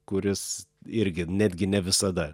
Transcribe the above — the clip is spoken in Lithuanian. kuris irgi netgi ne visada